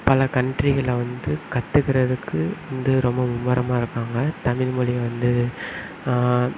பல கன்ட்ரிகளை வந்து கற்றுக்கறதுக்கு வந்து ரொம்ப மும்முரமா இருக்காங்க தமிழ்மொழியை வந்து